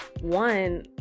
one